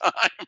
time